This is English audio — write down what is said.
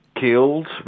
Killed